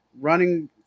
running